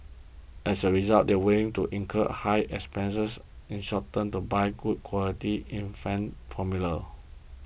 as a result they are willing to incur high expenses in the short term to buy good quality infant formula